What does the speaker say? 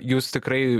jūs tikrai